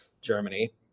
Germany